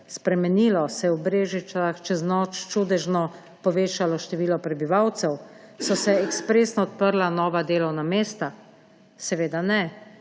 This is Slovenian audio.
spremenilo? Se je v Brežicah čez noč čudežno povečalo število prebivalcev? So se ekspresno odprla nova delovna mesta? Seveda ne.